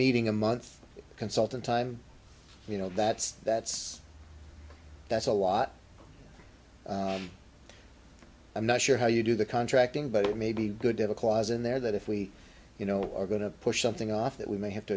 meeting a month consultant time you know that's that's that's a lot i'm not sure how you do the contracting but it may be good to have a clause in there that if we you know we're going to push something off that we may have to